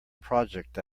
project